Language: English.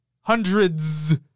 Hundreds